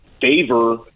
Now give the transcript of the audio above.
favor –